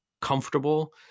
comfortable